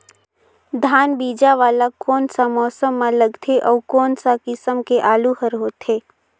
धान बीजा वाला कोन सा मौसम म लगथे अउ कोन सा किसम के आलू हर होथे?